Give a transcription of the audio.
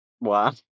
Wow